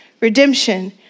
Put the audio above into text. redemption